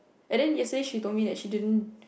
and then yesterday she told me that she didn't